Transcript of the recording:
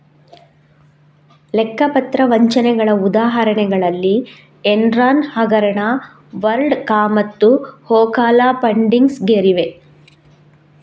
ಲೆಕ್ಕ ಪತ್ರ ವಂಚನೆಗಳ ಉದಾಹರಣೆಗಳಲ್ಲಿ ಎನ್ರಾನ್ ಹಗರಣ, ವರ್ಲ್ಡ್ ಕಾಮ್ಮತ್ತು ಓಕಾಲಾ ಫಂಡಿಂಗ್ಸ್ ಗೇರಿವೆ